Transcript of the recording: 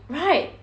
right